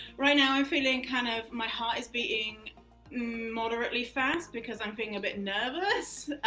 right now i'm feeling kind of, my heart is beating moderately fast because i'm feeling a bit nervous.